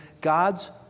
God's